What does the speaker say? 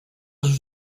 sus